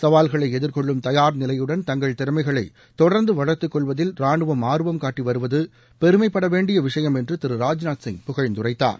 சவால்களை எதிர்கொள்ளும் தயார்நிலையுடன் தங்கள் திறமைகளை தொடர்ந்து வளர்த்து கொள்வதில் ராணுவம் ஆர்வம் காட்டிவருவது பெருமைப்பட வேண்டிய விஷயம் என்று திரு ராஜ்நாத் சிங் புகழ்ந்துரைத்தார்